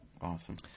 awesome